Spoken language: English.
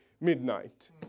midnight